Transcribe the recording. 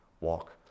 walk